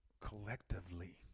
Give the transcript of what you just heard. collectively